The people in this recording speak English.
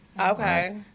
Okay